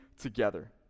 together